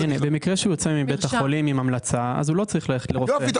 במקרה שהוא יוצא מבית החולים עם המלצה הוא לא צריך ללכת לרופא.